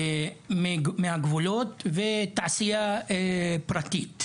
מהגבולות ומתעשייה פרטית.